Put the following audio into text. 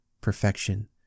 perfection